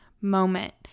moment